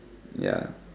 ya